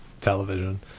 television